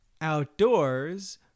outdoors